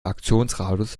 aktionsradius